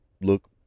look